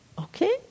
Okay